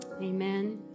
Amen